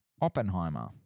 Oppenheimer